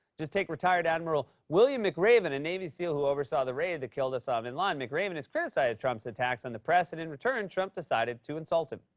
just take retired admiral william mcraven, a navy seal who oversaw the raid that killed osama bin laden. mcraven has criticized trump's attacks on the press and in return, trump decided to insult him.